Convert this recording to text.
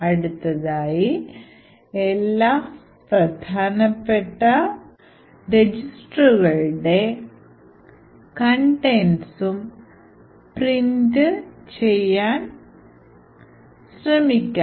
അടുത്തതായി എല്ലാ പ്രധാനപ്പെട്ട രജിസ്റ്ററുകളുടെ contentsഉം പ്രിൻറ് ചെയ്യാൻ ശ്രമിക്കാം